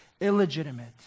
illegitimate